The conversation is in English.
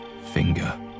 finger